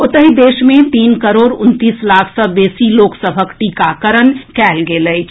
ओतहि देश मे तीन करोड़ उनतीस लाख सँ बेसी लोक सभक टीकाकरण कएल गेल अछि